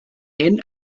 hyn